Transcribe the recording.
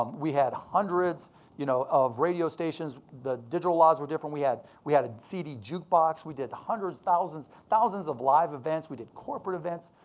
um we had hundreds you know of radio stations. the digital laws were different. we had we had a cd jukebox. we did hundreds, thousands thousands of live events, we did corporate events.